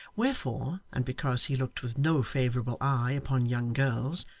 wherefore, and because he looked with no favourable eye upon young girls,